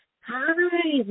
Hi